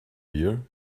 here